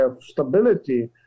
stability